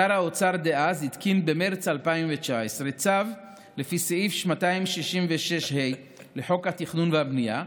שר האוצר דאז התקין במרץ 2019 צו לפי סעיף 266ה לחוק התכנון והבנייה,